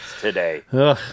today